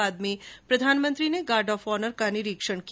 बाद में प्रधानमंत्री ने गॉर्ड ऑफ ऑनर का निरीक्षण किया